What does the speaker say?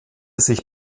sich